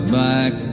back